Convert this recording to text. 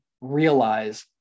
realize